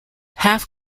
half